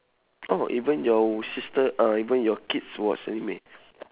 oh even your w~ sister uh even your kids watch anime